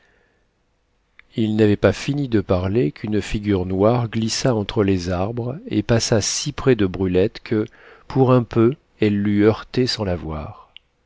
il n'avait pas fini de parler qu'une figure noire glissa entre les arbres et passa si près de brulette que pour un peu elle l'eût heurtée sans